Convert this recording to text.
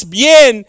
bien